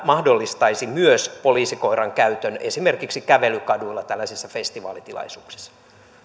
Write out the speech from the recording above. mahdollistaisi myös poliisikoiran käytön esimerkiksi kävelykaduilla tällaisissa festivaalitilaisuuksissa